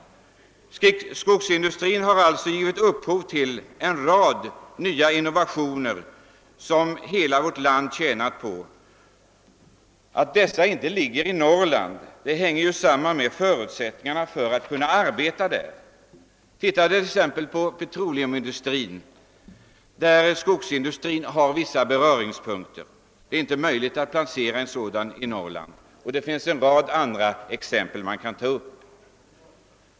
Skogsindustrin har alltså givit upphov till en rad innovationer som hela vårt land tjänat på. Att dessa nya industrier inte ligger i Norrland beror på förutsättningarna att arbeta där, Ta t.ex. petroleumindustrin, som har vissa beröringspunkter med: skogsindustrin. Det är inte möjligt att placera en sådan i Norrland. Det finns en rad andra exempel att peka på.